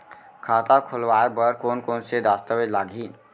खाता खोलवाय बर कोन कोन से दस्तावेज लागही?